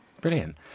Brilliant